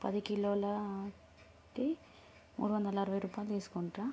పది కిలోలకి మూడువందల అరవై రూపాయలు తీసుకుంటారా